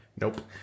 Nope